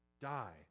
die